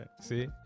See